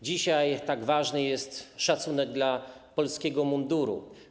Dzisiaj tak ważny jest szacunek dla polskiego munduru.